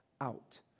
out